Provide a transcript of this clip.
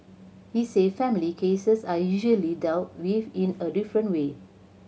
he said family cases are usually dealt with in a different way